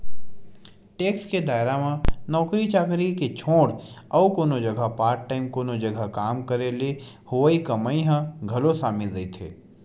tax के दायरा म नौकरी चाकरी के छोड़ अउ कोनो जघा पार्ट टाइम कोनो जघा काम करे ले होवई कमई ह घलो सामिल रहिथे